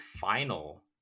final